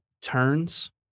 turns